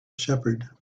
shepherd